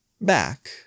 Back